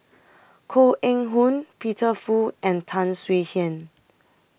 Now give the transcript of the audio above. Koh Eng Hoon Peter Fu and Tan Swie Hian